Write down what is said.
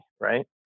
Right